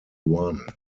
one